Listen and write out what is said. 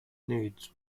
nudes